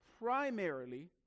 primarily